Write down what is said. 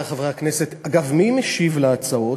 אגב, מי ישיב על ההצעות?